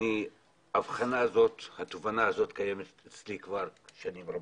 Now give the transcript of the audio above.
התובנה הזאת קיימת אצלי כבר שנים רבות.